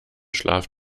schlaf